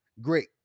Great